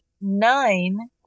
nine